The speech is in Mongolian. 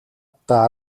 даа